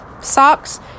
socks